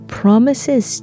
promises